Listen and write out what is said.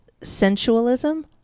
sensualism